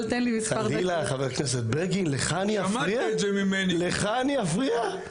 חלילה, חבר הכנסת בגין, לך אני אפריע?